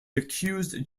accused